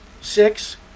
six